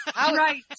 Right